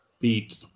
beat